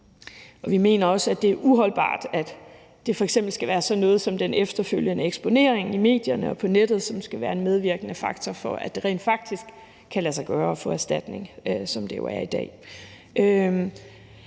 Og vi mener også, at det er uholdbart, at det f.eks. skal være sådan noget som den efterfølgende eksponering i medierne og på nettet, som skal være en medvirkende faktor for, at det kan rent faktisk lade sig gøre at få erstatning, som det jo er i dag.